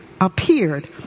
appeared